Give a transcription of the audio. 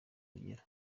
rugera